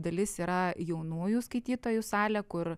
dalis yra jaunųjų skaitytojų salė kur